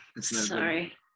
sorry